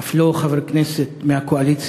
אף לא חבר כנסת מהקואליציה,